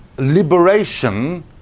liberation